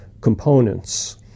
components